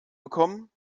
bekommen